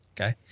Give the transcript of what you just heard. Okay